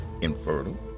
infertile